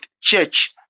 church